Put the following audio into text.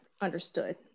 understood